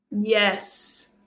Yes